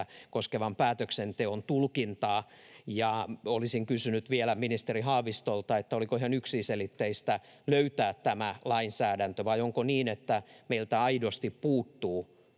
koskevan päätöksenteon tulkintaa. Olisin kysynyt vielä ministeri Haavistolta: oliko ihan yksiselitteistä löytää tämä lainsäädäntö, vai onko niin, että meiltä aidosti puuttuu